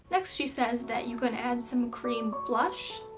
next, she says that you can add some cream blush,